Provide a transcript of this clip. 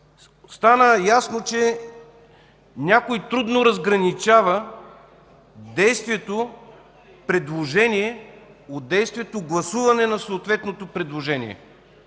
стана ясно, че някой трудно разграничава предложението от действие „гласуване на съответното предложение”.